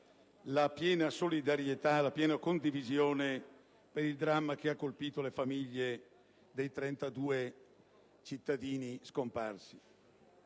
la piena solidarietà, la piena condivisione per il dramma che ha colpito le famiglie dei 32 cittadini scomparsi.